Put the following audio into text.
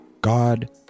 god